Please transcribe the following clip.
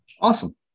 awesome